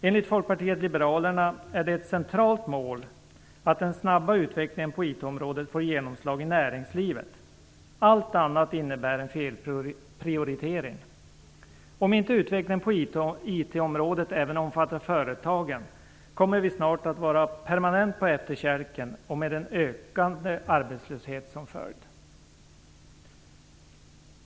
Enligt Folkpartiet liberalerna är det ett centralt mål att den snabba utvecklingen på IT området får genomslag i näringslivet. Allt annat innebär en felprioritering. Om inte utvecklingen på IT området även omfattar företagen kommer vi snart att vara permanent på efterkälken med en ökande arbetslöshet som följd.